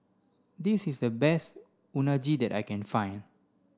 this is the best Unagi that I can find